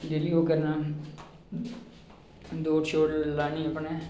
daily ओह् करना दौड़ शौड़ लानी अपने